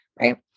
right